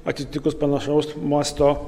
atsitikus panašaus masto